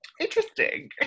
interesting